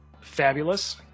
fabulous